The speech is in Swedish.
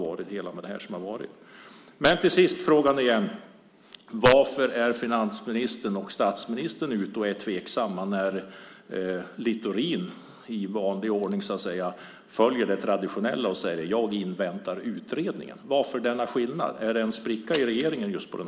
Varför är finansministern och statsministern tveksamma när Littorin i vanlig ordning säger det traditionella, nämligen att han inväntar utredningen? Varför denna skillnad? Är det en spricka i regeringen?